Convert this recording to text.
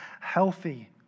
healthy